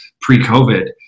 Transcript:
pre-COVID